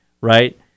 right